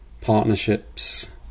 partnerships